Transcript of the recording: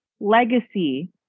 legacy